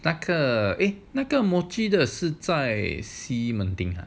那个 eh 那个 mochi 的是在西门町